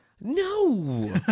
No